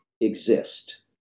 exist